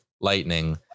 lightning